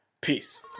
Peace